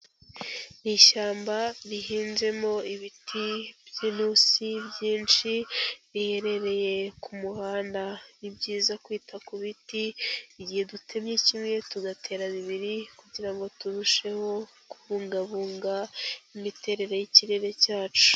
Ni ishyamba rihinzemo ibiti byintusi byinshi riherereye ku muhanda. Ni ibyiza kwita ku biti, igihe dutemye kimwe tugatera bibiri, kugira ngo turusheho kubungabunga imiterere y'ikirere cyacu.